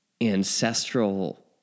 ancestral